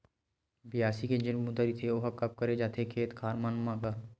बियासी के जेन बूता रहिथे ओहा कब करे जाथे खेत खार मन म गा?